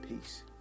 Peace